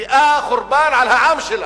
שמביאה חורבן על העם שלה.